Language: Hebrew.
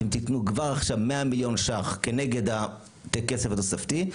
אתם תיתנו כבר עכשיו 100 מיליון שקלים כנגד הכסף התוספתי,